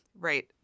right